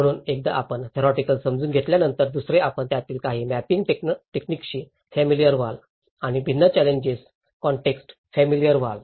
म्हणून एकदा आपण थेरिओटिकेल समजून घेतल्यानंतर दुसरे आपण त्यातील काही मॅपिंग टेक्निकशी फॅमिलिअर व्हाल आणि भिन्न चॅलेंजिंग कॉन्टेक्स फॅमिलिअर व्हाल